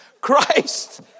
Christ